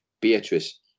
Beatrice